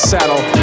Saddle